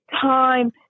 time